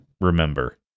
Remember